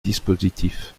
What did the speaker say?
dispositif